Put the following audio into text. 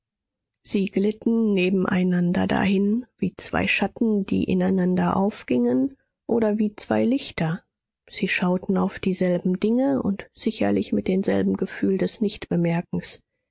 sie glitten nebeneinander dahin wie zwei schatten die ineinander aufgingen oder wie zwei lichter sie schauten auf dieselben dinge und sicherlich mit demselben gefühl des